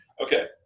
Okay